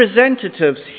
representatives